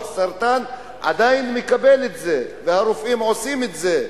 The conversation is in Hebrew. סרטן עדיין מקבל את זה והרופאים עושים את זה.